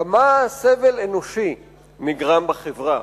כמה סבל אנושי נגרם בחברה,